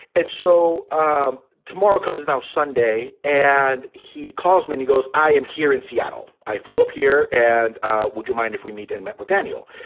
and so um tomorrow comes now sunday. and he calls me. he goes, i am here in seattle. i flew up here. and would you mind if we meet and met with daniel?